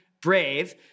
Brave